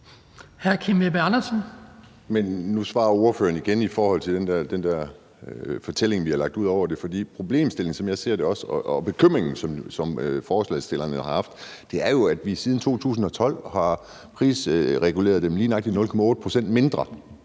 Nu svarer ordføreren igen i forhold til den der fortælling, vi har lagt ud over det. For problemstillingen, som jeg ser det, og bekymringen, som forslagsstillerne har haft, er jo, at vi siden 2012 har prisreguleret det med lige nøjagtig 0,8 pct. mindre